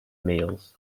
meals